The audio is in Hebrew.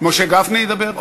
משה גפני ידבר?